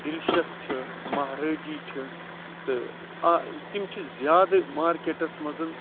delicious چھِ مَہرٲجی چھِ تہٕ تِم چھِ زیادٕ مارکٹَس مَنٛز